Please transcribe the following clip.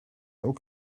ook